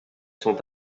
sont